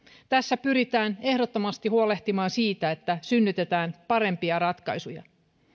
tässä pyritään ehdottomasti huolehtimaan siitä että synnytetään parempia ratkaisuja